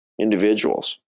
individuals